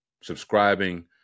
Subscribing